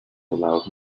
allow